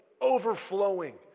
overflowing